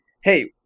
Hey